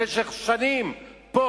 במשך שנים פה,